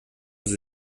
sie